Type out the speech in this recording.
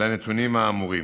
לנתונים האמורים.